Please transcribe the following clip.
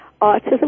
autism